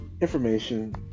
information